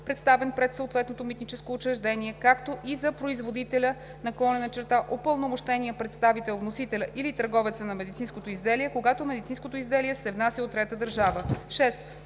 представен пред съответното митническо учреждение, както и за производителя/упълномощения представител, вносителя или търговеца на медицинското изделие, когато медицинското изделие се внася от трета държава;